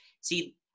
See